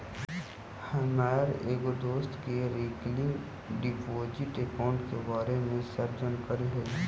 हमर एगो दोस्त के रिकरिंग डिपॉजिट अकाउंट के बारे में सब जानकारी हई